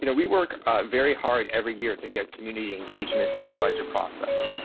you know we work very hard every year to get community engagement in the budget process.